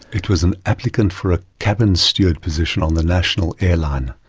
it was an applicant for a cabin steward position on the national airline,